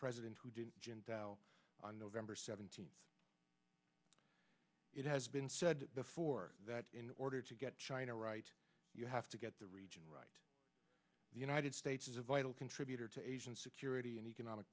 president hu didn't on november seventeenth it has been said before that in order to get china right you have to get the region right the united states is a vital contributor to asian security and economic